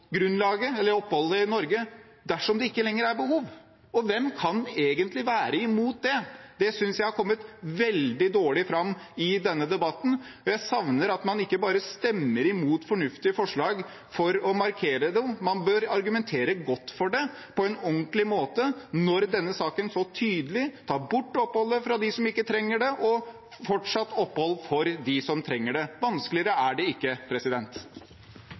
oppholdet i Norge dersom det ikke lenger er behov. Og hvem kan egentlig være imot det? Det synes jeg har kommet veldig dårlig fram i denne debatten. Jeg savner at man ikke bare stemmer imot fornuftige forslag for å markere det, man bør argumentere godt for det på en ordentlig måte, når denne saken så tydelig tar bort oppholdet fra dem som ikke trenger det, og fortsatt gir opphold for dem som trenger det – vanskeligere er det ikke.